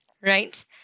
right